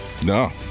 no